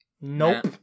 nope